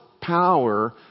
power